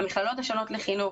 המכללות השונות לחינוך,